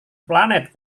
planet